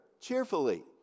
cheerfully